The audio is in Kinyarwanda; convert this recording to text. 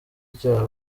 icyaha